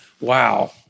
Wow